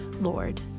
Lord